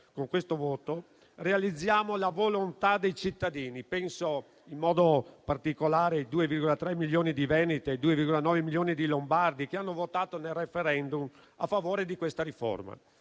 Governo, realizziamo la volontà dei cittadini: penso in modo particolare ai 2,3 milioni di veneti e ai 2,9 milioni di lombardi che hanno votato, in occasione del *referendum*, a favore di questa riforma.